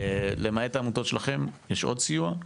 למעט העמותות שלכם יש עוד סיוע?